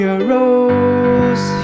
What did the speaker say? arose